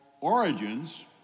Origins